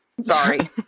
sorry